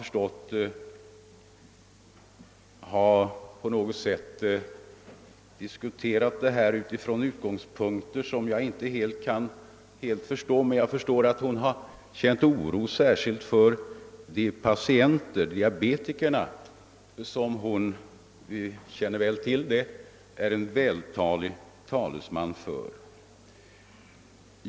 Enligt vad jag har förstått har hon diskuterat detta från utgångspunkter som jag inte helt kan förstå — jag förstår emellertid att hon har känt oro särskilt för de patienter, diabetikerna, som hon enligt vad vi väl känner till är en vältalig talesman för.